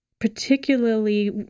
particularly